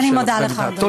אני מודה לך, אדוני.